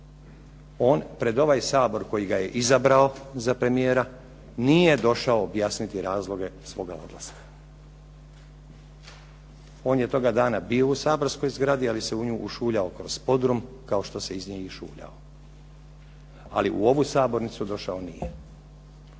On pred ovaj Sabor koji ga je izabrao za premijera nije došao objasniti razloge svoga odlaska. On je toga dana bio u saborskoj zgradi, ali se u nju ušuljao kroz podrum kao što se iz nje i išuljao, ali u ovu sabornicu došao nije.